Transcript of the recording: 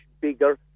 bigger